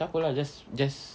takpe lah just